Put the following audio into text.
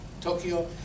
Tokyo